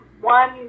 one